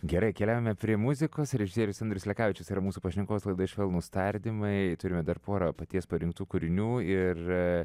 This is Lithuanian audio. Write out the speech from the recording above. gerai keliaujame prie muzikos režisierius andrius lekavičius yra mūsų pašnekovas laidoj švelnūs tardymai turime dar porą paties parinktų kūrinių ir